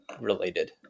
related